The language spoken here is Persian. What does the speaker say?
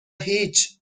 هیچ